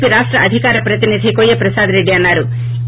P రాష్ట అధికార ప్రతినిధి కోయ్య ప్రసాద్ రెడ్డి అన్సారు